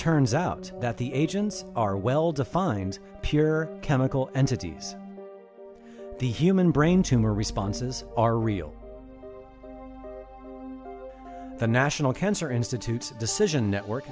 turns out that the agents are well defined peer chemical entities the human brain tumor responses are real the national cancer institute decision network